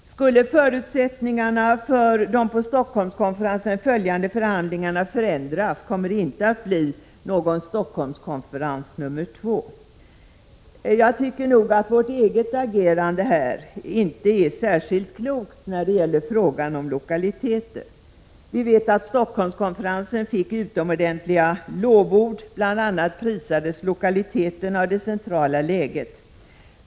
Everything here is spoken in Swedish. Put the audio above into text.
Skulle förutsättningarna för de följande förhandlingarna förändras kommer det inte att bli någon Stockholmskonferens nr 2. Jag tycker att vårt eget agerande inte är särskilt klokt när det gäller frågan om lokaliteter. Vi vet att Stockholmskonferensen fick utomordentliga lovord. Bl. a. prisades lokaliteterna och det centrala läget.